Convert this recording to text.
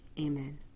Amen